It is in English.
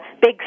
big